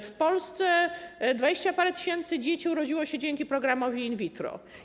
W Polsce dwadzieścia parę tysięcy dzieci urodziło się dzięki programowi in vitro.